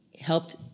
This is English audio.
helped